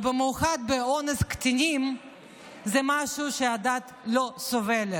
ובמיוחד באונס קטינים זה משהו שהדעת לא סובלת.